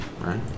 right